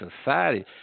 society